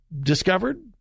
discovered